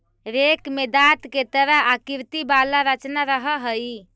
rake में दाँत के तरह आकृति वाला रचना रहऽ हई